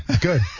good